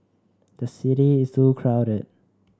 the city is too crowded